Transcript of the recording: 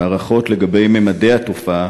ההערכות לגבי ממדי של התופעה